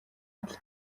адил